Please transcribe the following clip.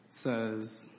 says